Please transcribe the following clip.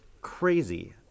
crazy